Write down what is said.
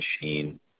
machine